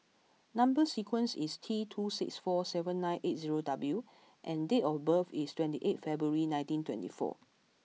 number sequence is T two six four seven nine eight zero W and date of birth is twenty eighth February nineteen twenty four